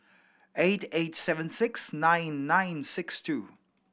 eight eight seven six nine nine six two